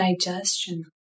digestion